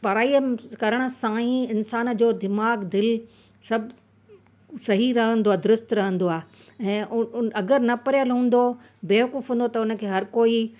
पढ़ाई करण सां ई इंसान जो दिमाग़ु दिलि सभु सही रहंदो आहे दुरुस्त रहंदो आहे ऐं उहा अगरि न पढ़ियल हूंदो बेवकूफ़ हूंदो त हुनखे हर कोई